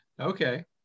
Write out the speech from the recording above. Okay